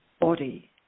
body